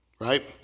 right